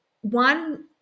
one